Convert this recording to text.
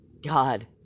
God